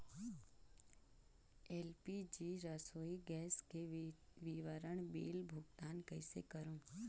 LPG रसोई gas के विवरण बिल भुगतान कइसे करों?